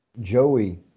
Joey